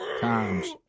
times